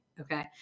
Okay